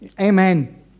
Amen